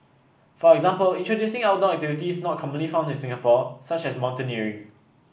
for example introducing outdoor activities not commonly found in Singapore such as mountaineering